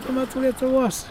tuo metu lietuvos